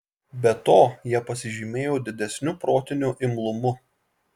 be to jie pasižymėjo didesniu protiniu imlumu